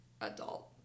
adult